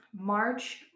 March